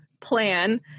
plan